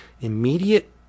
immediate